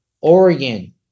Oregon